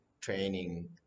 training